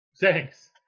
Thanks